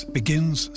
begins